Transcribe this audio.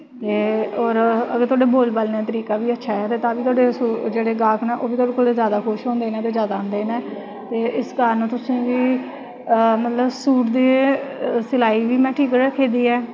ते होर अगर थोआढ़ा बोलने बालने दा तरीका बी अच्छा ऐ ते थोआढ़े जेह्ड़े ग्राह्क नै ओह् बी थोआढ़े कोला दा खुश होंदे नै और थोआढ़े कोल आंदे नै इस कारण सूट दी सलाई बी में ठीक रक्खी दी ऐ